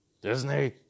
Disney